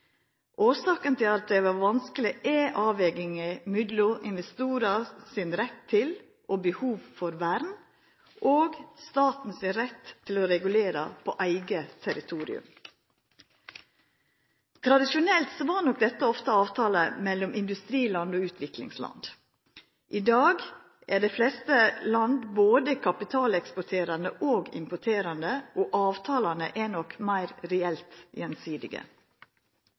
Årsaka til at det har vore vanskeleg, er avvegingar mellom investorar sin rett til og behov for vern og staten sin rett til å regulera på eige territorium. Tradisjonelt var nok dette ofte avtalar mellom industriland og utviklingsland. I dag er dei fleste land både kapitaleksporterande og importerande, og avtalane er nok meir reelt gjensidige.